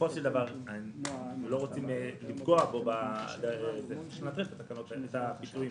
לא רוצים לפגוע בו כאשר נותנים את הפיצויים.